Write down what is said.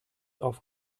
auf